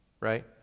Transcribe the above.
Right